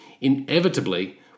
inevitably